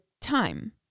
time